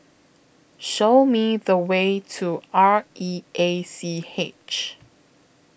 Show Me The Way to R E A C H